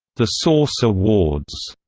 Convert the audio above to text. the source awards,